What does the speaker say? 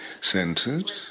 Centered